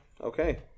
Okay